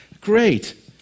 Great